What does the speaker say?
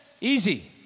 Easy